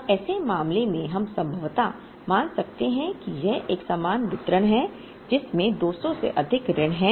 अब ऐसे मामले में हम संभवतः मान सकते हैं कि यह एक समान वितरण है जिसमें 200 से अधिक ऋण हैं